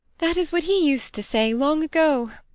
that is what he used to say, long ago,